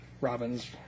Robin's